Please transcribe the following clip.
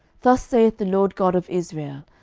thus saith the lord god of israel,